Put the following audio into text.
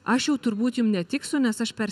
aš jau turbūt jum netiksiu nes aš per